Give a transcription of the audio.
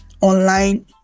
online